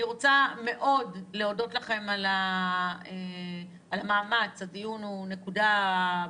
אני רוצה להודות לכם מאוד על המאמץ הדיון הוא נקודה בזמן,